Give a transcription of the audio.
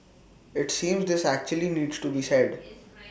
IT seems this actually needs to be said